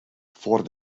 voor